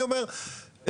אני אומר,